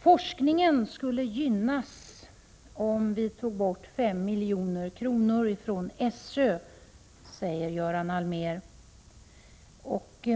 Forskningen skulle gynnas om vi tog bort 5 milj.kr. från SÖ, säger Göran Allmér.